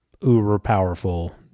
uber-powerful